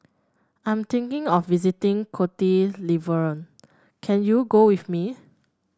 I'm thinking of visiting Cote d'Ivoire can you go with me